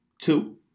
two